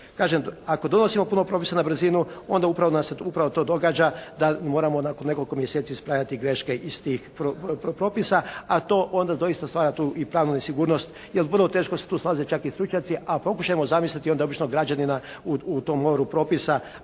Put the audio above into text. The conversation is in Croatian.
Kažem, ako donosimo puno propisa na brzinu onda upravo nam se to događa da mi moramo nakon nekoliko mjeseci ispravljati greške iz tih propisa a to onda doista stvara tu i pravnu nesigurnost jer vrlo teško se tu slažu i stručnjaci. A pokušajmo onda zamisliti onda običnog građanina u tom moru propisa.